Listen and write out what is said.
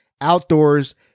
outdoors